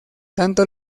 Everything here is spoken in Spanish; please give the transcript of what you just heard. tanto